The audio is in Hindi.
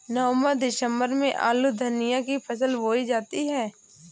नवम्बर दिसम्बर में आलू धनिया की फसल बोई जाती है?